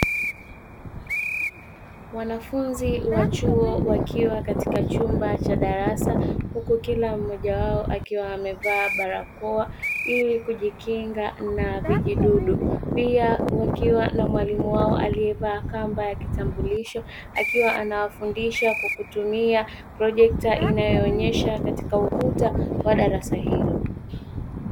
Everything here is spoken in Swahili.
Wanafunzi wa chuo wakiwa katika chumba cha darasa, huku kila mmoja wao akiwa amevaa barakoa ili kujikinga na vijidudu, pia wakiwa na mwalimu wao aliyevaa kamba ya kitambulisho; akiwa anawafundisha kwa kutumia projekta inayoonyesha katika ukuta wa darasa hilo.